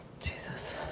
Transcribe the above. Jesus